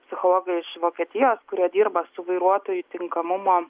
psichologai iš vokietijos kurie dirba su vairuotojų tinkamumo